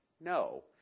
no